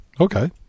Okay